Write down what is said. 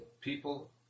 People